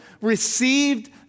received